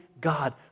God